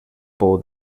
pou